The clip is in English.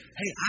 hey